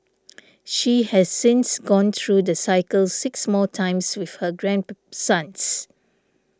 she has since gone through the cycle six more times with her grandsons